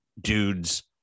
dudes